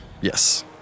Yes